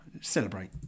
celebrate